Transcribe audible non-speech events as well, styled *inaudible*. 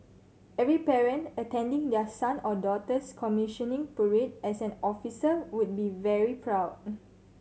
every parent attending their son or daughter's commissioning parade as an officer would be very proud *noise*